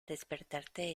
despertarte